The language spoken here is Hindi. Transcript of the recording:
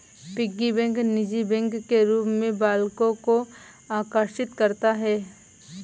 पिग्गी बैंक निजी बैंक के रूप में बालकों को आकर्षित करता है